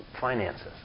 finances